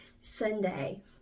Sunday